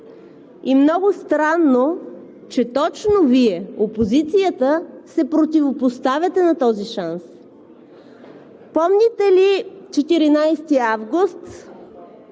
и много странно, че точно Вие – опозицията, се противопоставяте на този шанс. Помните ли 14-и август?